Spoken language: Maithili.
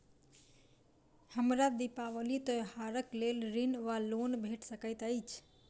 हमरा दिपावली त्योहारक लेल ऋण वा लोन भेट सकैत अछि?